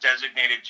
designated